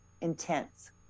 intense